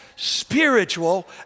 spiritual